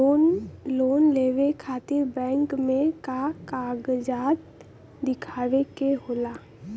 Loan लेवे खातिर bank मे का कागजात दिखावे के होला?